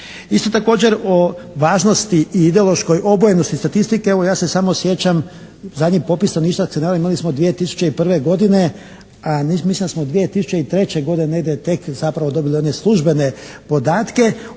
Isto također o važnosti i ideološkoj obojenosti statistike evo ja se samo sjećam zadnji popis stanovništva ako se ne varam imali smo 2001. godine, a mislim da smo 2003. godine negdje tek zapravo dobili one službene podatke,